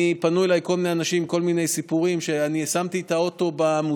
פנו אליי כל מיני אנשים עם כל מיני סיפורים: אני שמתי את האוטו במוסך,